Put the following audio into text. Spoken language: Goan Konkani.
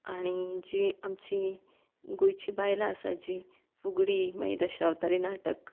आनी जीं आमची गोंयचीं बायलां आसा जीं फुगडी मागीर दशावतारी नाटक